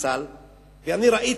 ראיתי